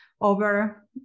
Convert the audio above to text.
over